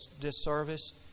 disservice